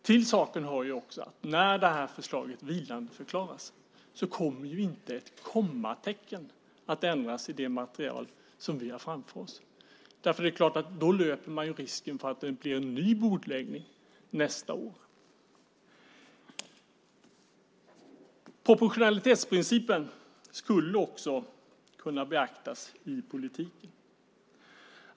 Till saken hör också att om förslaget vilandeförklaras kommer inte ett kommatecken att ändras i det material vi har framför oss. Det är klart att man i så fall löper risken att det blir en ny bordläggning nästa år. Proportionalitetsprincipen skulle också kunna beaktas i politiken.